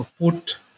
put